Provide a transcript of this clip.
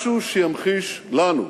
משהו שימחיש לנו,